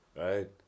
Right